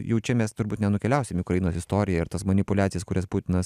jau čia mes turbūt nenukeliausim į ukrainos istoriją ir tas manipuliacijas kurias putinas